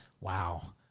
Wow